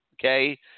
Okay